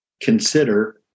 consider